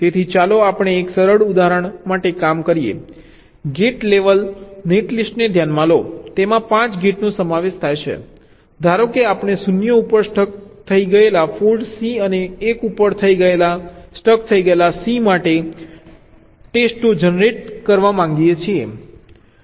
તેથી ચાલો એક સરળ ઉદાહરણ માટે કામ કરીએ ગેટ લેવલ નેટ લિસ્ટને ધ્યાનમાં લો જેમાં 5 ગેટનો સમાવેશ થાય છે ધારો કે આપણે 0 ઉપર સ્ટક થયેલા ફોલ્ટ C અને 1 ઉપર સ્ટક થયેલા C માટે ટેસ્ટો જનરેટ કરવા માગીએ છીએ